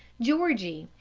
georgie,